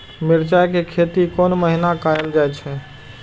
मिरचाय के खेती कोन महीना कायल जाय छै?